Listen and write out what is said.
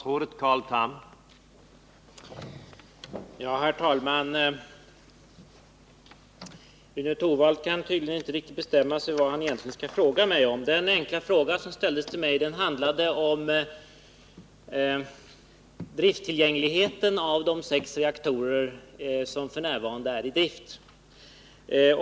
Herr talman! Rune Torwald kan tydligen inte riktigt bestämma sig för vad han skall fråga mig om. Den fråga som ställdes till mig handlade om drifttillgängligheten av de sex reaktorer som f. n. är i drift.